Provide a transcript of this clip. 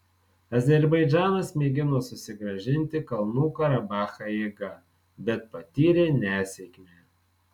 azerbaidžanas mėgino susigrąžinti kalnų karabachą jėga bet patyrė nesėkmę